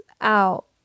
out